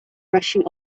rushing